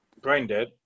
Braindead